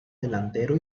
delantero